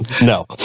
No